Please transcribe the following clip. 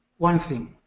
one thing.